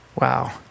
Wow